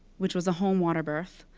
which was a home water birth,